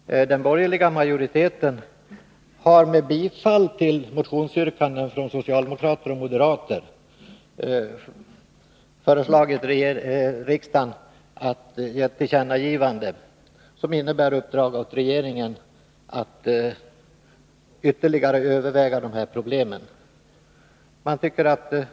Den borgerliga majoriteten har med bifall till motionsyrkanden från socialdemokrater och moderater föreslagit riksdagen att ge ett tillkännagivande som innebär att regeringen får i uppdrag att ytterligare överväga dessa problem.